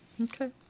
okay